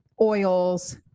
oils